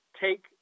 take